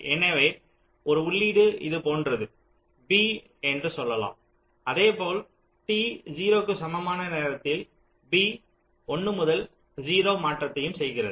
எனவே ஒரு உள்ளீடு இது போன்றது b என்று சொல்லலாம் அதேபோல் t 0 க்கு சமமான நேரத்தில் b 1 முதல் 0 மாற்றத்தையும் செய்கிறது